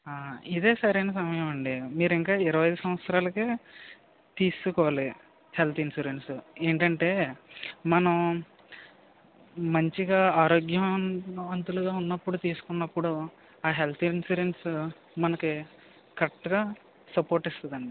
ఆ ఇదే సరైన సమయం అండి మీరు ఇంకా ఇరవై ఐదు సంవత్సరాలకే తీసుకోవాలి హెల్త్ ఇన్సూరెన్స్ ఏంటంటే మనం మంచిగా ఆరోగ్యవంతులుగా ఉన్నప్పుడు తీసుకున్నప్పుడు ఆ హెల్త్ ఇన్సూరెన్స్ మనకి కరెక్ట్గా సపోర్ట్ ఇస్తుంది అండి